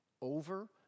over